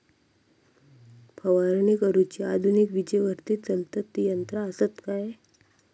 फवारणी करुची आधुनिक विजेवरती चलतत ती यंत्रा आसत काय?